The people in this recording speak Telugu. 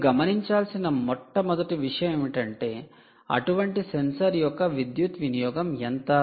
మీరు గమనించాల్సిన మొదటి విషయం ఏమిటంటే అటువంటి సెన్సార్ యొక్క విద్యుత్ వినియోగం ఎంత